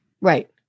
Right